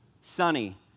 sunny